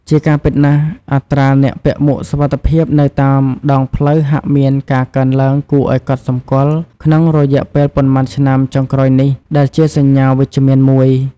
ជាការពិតណាស់ អត្រាអ្នកពាក់មួកសុវត្ថិភាពនៅតាមដងផ្លូវហាក់មានការកើនឡើងគួរឱ្យកត់សម្គាល់ក្នុងរយៈពេលប៉ុន្មានឆ្នាំចុងក្រោយនេះ ដែលជាសញ្ញាវិជ្ជមានមួយ។